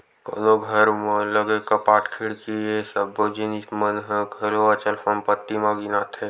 कोनो घर म लगे कपाट, खिड़की ये सब्बो जिनिस मन ह घलो अचल संपत्ति म गिनाथे